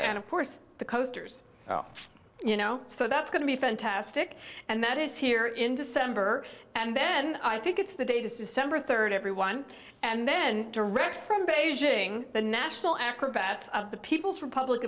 and of course the coasters you know so that's going to be fantastic and that is here in december and then i think it's the day december third everyone and then direct from beijing the national acrobats of the people's republic